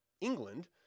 England